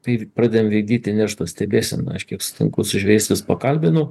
kai pradedam vykdyti neršto stebėseną aš kiek sutinku su žvejais vis pakalbinu